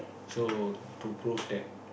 so to prove that